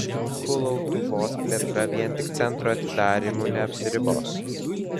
kulautuvos plėtra vien tik centro atidarymu neapsiribos